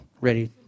ready